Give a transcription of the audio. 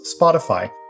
Spotify